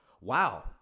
wow